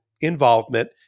involvement